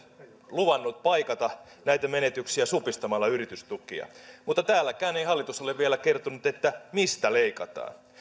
luvannut paikata näitä menetyksiä supistamalla yritystukia mutta täälläkään ei hallitus ole vielä kertonut mistä leikataan